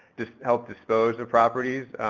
just help dispose the properties.